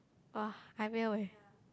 [wah] I will eh